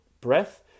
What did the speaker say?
breath